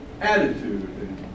attitude